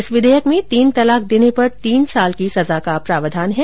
इस विधेयक में तीन तलाक देने पर तीन साल की सजा का प्रावधान है